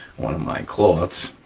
one of my cloths.